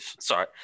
sorry